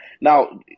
Now